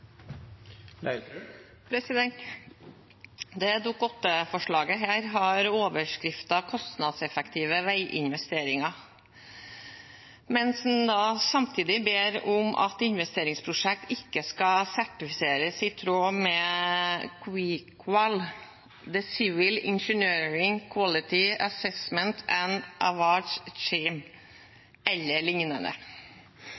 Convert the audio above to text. har overskriften «kostnadseffektive veiinvesteringer» – mens en samtidig ber om at investeringsprosjekter ikke skal sertifiseres i tråd med